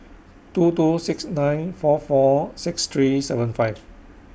two two six nine four four six three seven five